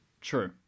true